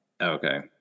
Okay